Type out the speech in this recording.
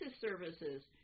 services